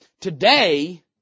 Today